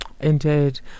Indeed